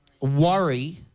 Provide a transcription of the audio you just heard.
worry